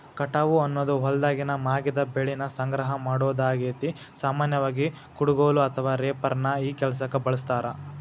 ಕಟಾವು ಅನ್ನೋದು ಹೊಲ್ದಾಗಿನ ಮಾಗಿದ ಬೆಳಿನ ಸಂಗ್ರಹ ಮಾಡೋದಾಗೇತಿ, ಸಾಮಾನ್ಯವಾಗಿ, ಕುಡಗೋಲು ಅಥವಾ ರೇಪರ್ ನ ಈ ಕೆಲ್ಸಕ್ಕ ಬಳಸ್ತಾರ